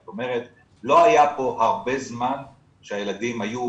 זאת אומרת, לא היה פה הרבה זמן שהילדים היו,